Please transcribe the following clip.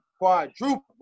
Quadruple